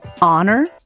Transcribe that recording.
honor